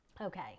Okay